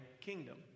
kingdom